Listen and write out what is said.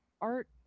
art